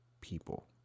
people